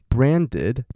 Branded